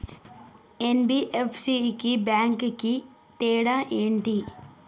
NBFC కి bank కి తేడా ఏంటి?